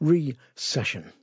Recession